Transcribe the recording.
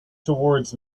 towards